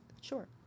Sure